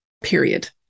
period